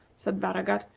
said baragat,